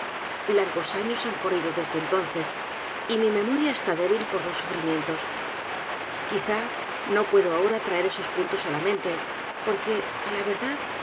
s años han corrido desde entonces y mi memoria está débil por los sufrimientos quizá no puedo ahora traer esos puntos á la mente porque á ja verdad